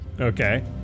Okay